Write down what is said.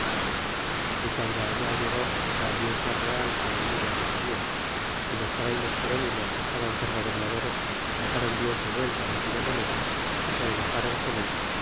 y guando allá llegó la audiencia real que en ella re sidia y los frayles gerónimos que estaban por gobernadores notaron bien su vuelta de aquella manera y se enojron con él